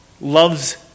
loves